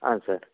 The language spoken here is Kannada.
ಹಾಂ ಸರ್